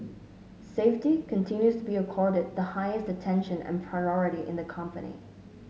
safety continues to be accorded the highest attention and priority in the company